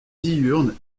diurne